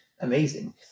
amazing